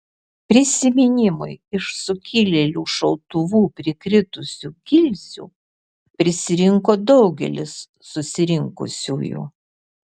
prisiminimui iš sukilėlių šautuvų prikritusių gilzių prisirinko daugelis susirinkusiųjų